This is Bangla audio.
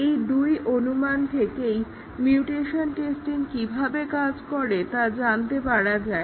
এই দুই অনুমান থেকেই মিউটেশন টেস্টিং কিভাবে কাজ করে তা জানতে পারা যায়